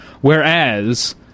Whereas